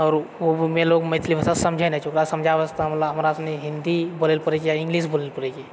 आओर ओहूमे लोग मैथिली भाषा समझै नहि छै ओकरा समझावैसँ हमरा सनि हिन्दी बोलै लए पड़ैत छे या इङ्गलिश बोलै लए पड़ैत छै